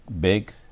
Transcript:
big